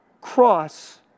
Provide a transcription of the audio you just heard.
cross